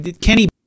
Kenny